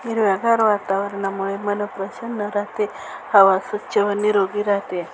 हिरव्यागार वातावरणामुळे मन प्रसन्न राहते हवा स्वच्छ व निरोगी राहते